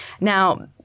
Now